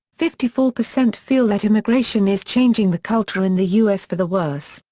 fifty four percent feel that immigration is changing the culture in the u s. for the worse,